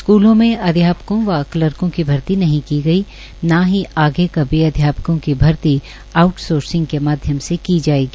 स्कूलों में अध्यापकों व कलर्को की भर्ती नही की गई है और न ही आगे अध्यापकों की भर्ती आउट सोसर्सिंग के माध्यम से की जायेगी